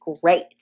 great